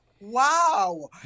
wow